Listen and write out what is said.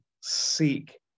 seek